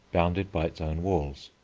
bounded by its own walls.